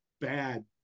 bad